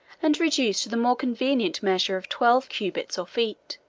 and reduced to the more convenient measure of twelve cubits or feet.